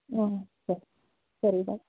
ಹಾಂ ಸರಿ ಸರಿ ಬಾಯ್